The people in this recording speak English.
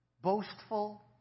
boastful